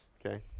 okay.